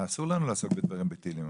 אסור לנו לעסוק בדברים בטלים,